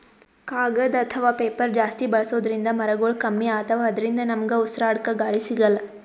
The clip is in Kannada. ಕಾಗದ್ ಅಥವಾ ಪೇಪರ್ ಜಾಸ್ತಿ ಬಳಸೋದ್ರಿಂದ್ ಮರಗೊಳ್ ಕಮ್ಮಿ ಅತವ್ ಅದ್ರಿನ್ದ ನಮ್ಗ್ ಉಸ್ರಾಡ್ಕ ಗಾಳಿ ಸಿಗಲ್ಲ್